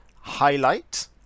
highlight